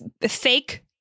fake